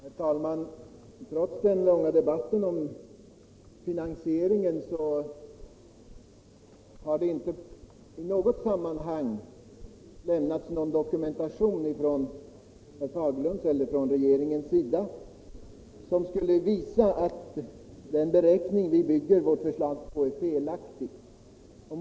Herr talman! Trots den långa debatten om finansieringen har varken herr Fagerlund eller regeringen i något sammanhang lämnat någon dokumentation som visar att den beräkning vi bygger vårt förslag på är felaktig.